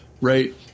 Right